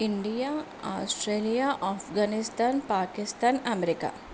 India Australia Afghanistan Pakistan America